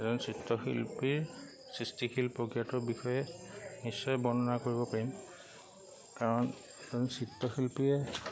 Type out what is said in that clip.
এজন চিত্ৰশিল্পীৰ সৃষ্টিশীল প্ৰক্ৰিয়াটোৰ বিষয়ে নিশ্চয় বৰ্ণনা কৰিব পাৰিম কাৰণ এজন চিত্ৰশিল্পীয়ে